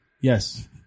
yes